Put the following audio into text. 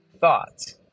thoughts